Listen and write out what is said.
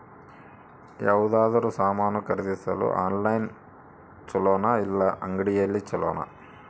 ಯಾವುದಾದರೂ ಸಾಮಾನು ಖರೇದಿಸಲು ಆನ್ಲೈನ್ ಛೊಲೊನಾ ಇಲ್ಲ ಅಂಗಡಿಯಲ್ಲಿ ಛೊಲೊನಾ?